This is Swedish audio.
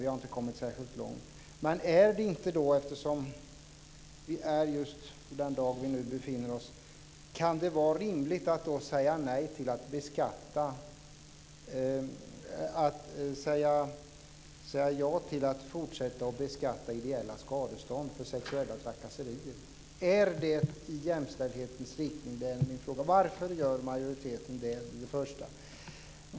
Vi har inte kommit särskilt långt. Kan det den dag vi befinner oss i vara rimligt att säga ja till att fortsätta att beskatta ideella skadestånd för sexuella trakasserier? Är det i jämställdhetens riktning? Varför gör majoriteten det?